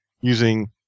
using